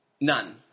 None